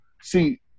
see